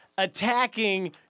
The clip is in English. attacking